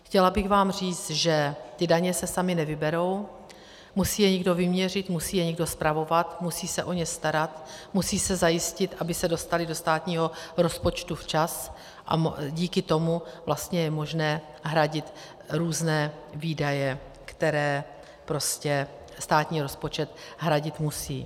Chtěla bych vám říct, že ty daně se samy nevyberou, musí je někdo vyměřit, musí je někdo spravovat, musí se o ně starat, musí se zajistit, aby se dostaly do státního rozpočtu včas, a díky tomu vlastně je možné hradit různé výdaje, které prostě státní rozpočet hradit musí.